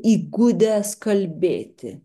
įgudęs kalbėti